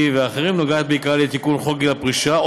ואחרים נוגעת בעיקרה לתיקון חוק גיל הפרישה.